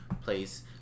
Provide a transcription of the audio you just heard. place